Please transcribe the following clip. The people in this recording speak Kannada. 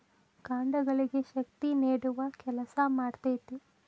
ಕಾಂಡಗಳಿಗೆ ಶಕ್ತಿ ನೇಡುವ ಕೆಲಸಾ ಮಾಡ್ತತಿ